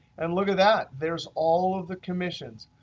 and look at that, there's all of the commissions.